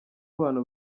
abantu